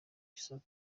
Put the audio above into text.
isoko